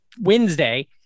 Wednesday